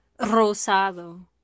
rosado